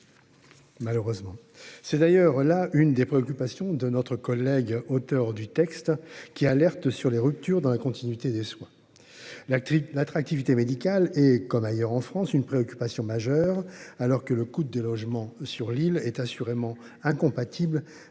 Malheureusement, c'est d'ailleurs là une des préoccupations de notre collègue, auteur du texte, qui alertent sur les ruptures dans la continuité des soins. L'actrice, l'attractivité médicale et comme ailleurs en France, une préoccupation majeure, alors que le coût des logements sur l'île est assurément incompatible.